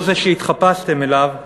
לא זה שהתחפשתם אליו,